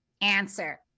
answer